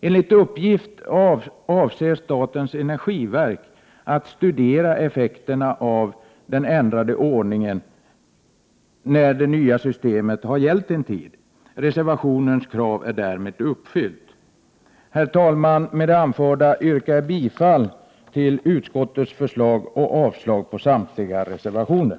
Enligt uppgift avser statens energiverk att studera effekterna av den ändrade ordningen när det nya systemet har gällt en tid. Reservationens krav är därmed uppfyllt. Herr talman! Med det anförda yrkar jag bifall till utskottets förslag och avslag på samtliga reservationer.